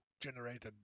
generated